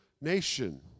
nation